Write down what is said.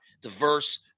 diverse